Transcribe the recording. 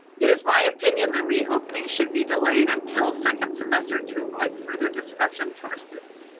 it is my opinion the reopening should be delayed until second semester to avoid further disruption to our students.